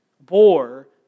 bore